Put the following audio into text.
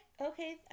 Okay